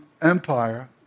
Empire